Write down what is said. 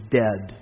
dead